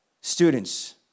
students